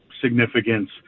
significance